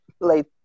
late